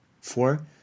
Four